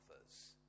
others